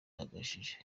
bihagije